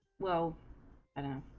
well and